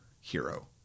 hero